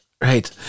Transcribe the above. Right